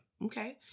Okay